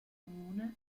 comune